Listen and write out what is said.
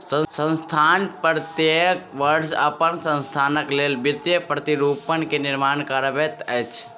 संस्थान प्रत्येक वर्ष अपन संस्थानक लेल वित्तीय प्रतिरूपण के निर्माण करबैत अछि